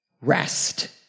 rest